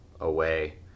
away